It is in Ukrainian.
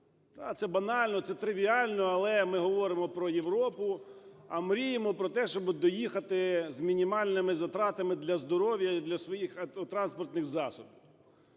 це банально, це тривіально, але ми говоримо про Європу, а мріємо про те, щоби доїхати з мінімальними затратами для здоров'я і для своїх автотранспортних засобів.